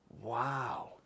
Wow